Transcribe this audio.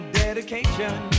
dedication